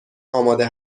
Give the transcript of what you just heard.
آماده